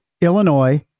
Illinois